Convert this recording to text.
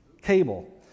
cable